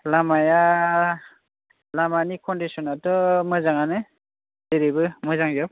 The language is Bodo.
लामाया लामानि कनडिसनाथ' मोजाङानो जेरैबो मोजांजोब